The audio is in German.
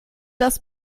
das